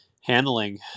handling